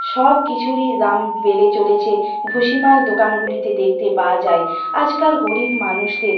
সব কিছুরই দাম বেড়ে চলেছে ভুসিমাল দোকানগুলিতে দেখতে পাওয়া যায় আজকাল গরিব মানুষদের